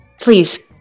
Please